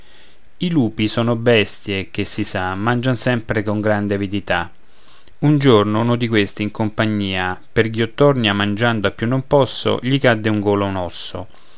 i lupi sono bestie che si sa mangian sempre con grande avidità un giorno uno di questi in compagnia per ghiottornia mangiando a più non posso gli cadde in gola un osso